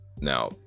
Now